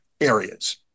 areas